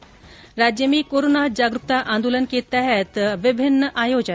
्र राज्य में कोरोना जागरुकता आंदोलन के तहत विभिन्न आयोजन